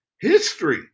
History